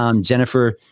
jennifer